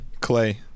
Clay